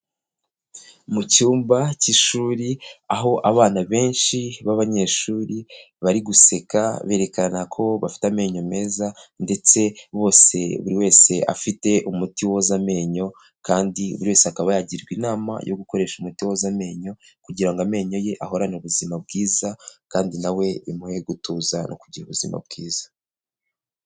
Mu cyumba cy'ishuri, aho abana benshi b'abanyeshuri bari guseka berekana ko bafite amenyo meza, ndetse bose buri wese, afite umuti woza amenyo, kandi wese akaba yagirwa inama yo gukoresha umuti woza amenyo, kugira amenyo ye ahorane ubuzima bwiza kandi nawe bimuhe gutuza no kugira ubuzima bwiza.